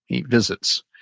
he visits.